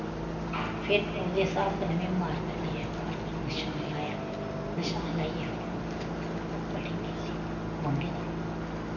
फिर ओह्दे हिसाब कन्नै में मार्कर लेआऐ मार्कर नशान लाया नशान लाईयै फिर में ओह्दी न थोह्ड़ी थोह्ड़ी कटिंग कीती म्हूंडे दी